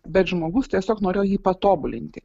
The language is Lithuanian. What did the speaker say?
bet žmogus tiesiog norėjo jį patobulinti